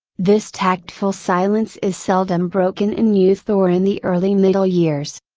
this tactful silence is seldom broken in youth or in the early middle years.